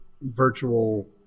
virtual